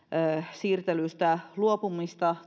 siirtelystä luopumista